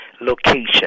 location